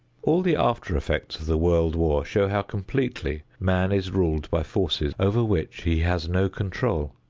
all the after-effects of the world war show how completely man is ruled by forces over which he has no control.